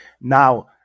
Now